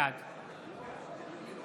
בעד